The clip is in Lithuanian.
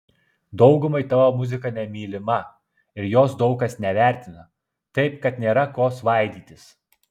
daugumai tavo muzika nemylima ir jos daug kas nevertina taip kad nėra ko svaidytis